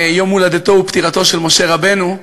יום הולדתו ופטירתו של משה רבנו,